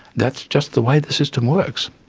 that's just the way the system works,